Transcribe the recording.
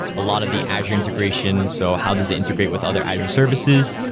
a lot of the azure integration, so how does it integrate with other azure services.